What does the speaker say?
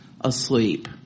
asleep